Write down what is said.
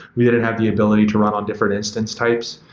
we didn't have the ability to run on different instance types.